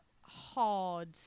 hard